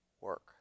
work